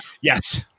yes